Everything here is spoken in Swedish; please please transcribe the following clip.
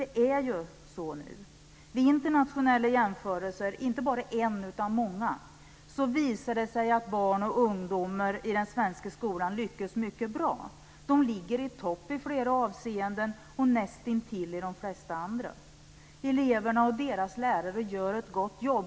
Det är ju så att vid internationella jämförelser - inte bara en utan många - visar det sig att barn och ungdomar i den svenska skolan lyckas mycket bra. De ligger i topp i flera avseenden och nästintill i de flesta andra. Eleverna och deras lärare gör ett gott jobb.